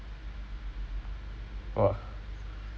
!wah!